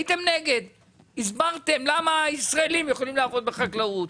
הייתם נגד; הסברתם למה ישראלים יכולים לעבוד בחקלאות.